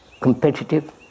competitive